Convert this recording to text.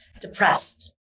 depressed